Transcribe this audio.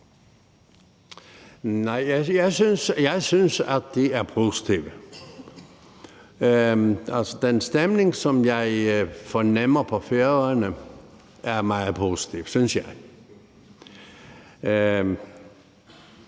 (SP): Jeg synes, at de er positive. Den stemning, som jeg fornemmer på Færøerne, er meget positiv, synes jeg.